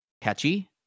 catchy